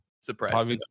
surprise